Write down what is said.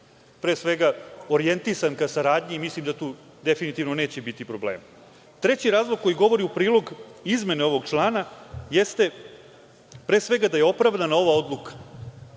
pre svega orijentisan ka saradnji i mislim da tu definitivno neće biti problema. Treći razlog koji govori u prilog izmene ovog člana jeste pre svega da je opravdana ova odluka